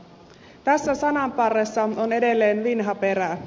tässä sananparressa on edelleen vinha perä